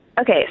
Okay